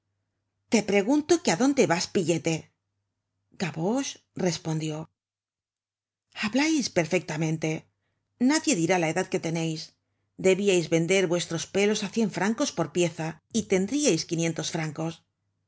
te pregunto que á dónde vas pillete gavroche respondió hablais perfectamente nadie dirá la edad que teneis debíais vender vuestros pelos á cien francos por pieza y tendríais quinientos francos